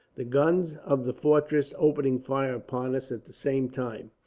the guns of the fortress opening fire upon us at the same time.